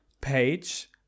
page